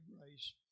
grace